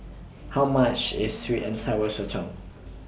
How much IS Sweet and Sour Sotong